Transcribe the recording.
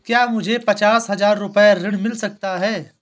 क्या मुझे पचास हजार रूपए ऋण मिल सकता है?